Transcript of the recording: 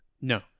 No